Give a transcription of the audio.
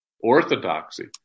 orthodoxy